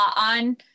on